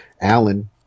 Alan